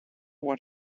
what